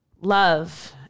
love